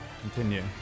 Continue